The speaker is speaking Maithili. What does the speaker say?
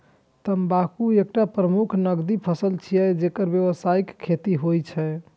तंबाकू एकटा प्रमुख नकदी फसल छियै, जेकर व्यावसायिक खेती होइ छै